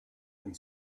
and